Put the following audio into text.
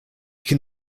can